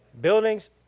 Buildings